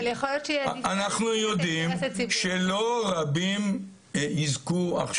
אנחנו יודעים שלא רבים יזכו עכשיו לשחרור.